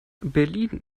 berlin